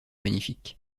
magnifique